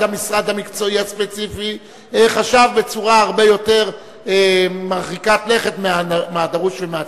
המשרד המקצועי הספציפי חשב בצורה הרבה יותר מרחיקת לכת מהדרוש ומהצריך.